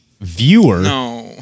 viewer